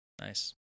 Nice